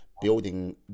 building